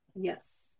yes